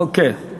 אוקיי.